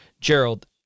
gerald